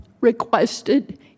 requested